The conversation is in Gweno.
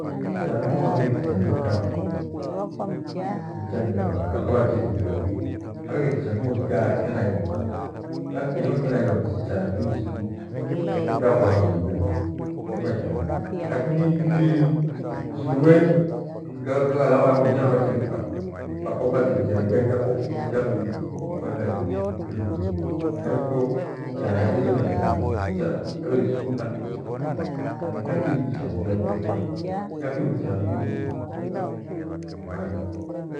Kuchanuo haghire kichanuo kyo mri, kyechania bhaka bhakithuka. Haghire kichanuo kya nailoni, kichanuo kya nailoni kichichana nwiri njidu. Thaiti katwa ha, kwairima ichania njwii njirwe vitaja bhachibhika thashiga kicha nua kya ngonjo kya mri henakiyo ichana yategemea kcihara kiki ghaghire kidu na kirwe kia kidu kichichana njwii nyingi ndemalia.